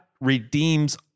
Redeems